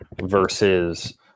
versus